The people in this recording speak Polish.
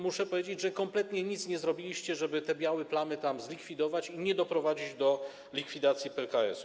Muszę powiedzieć, że kompletnie nic nie zrobiliście, żeby te białe plamy zlikwidować i nie doprowadzić do likwidacji PKS-u.